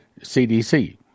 CDC